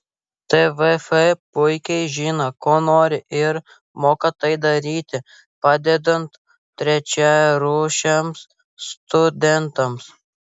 tvf puikiai žino ko nori ir moka tai daryti padedant trečiarūšiams studentams